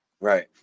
Right